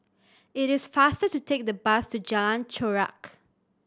it is faster to take the bus to Jalan Chorak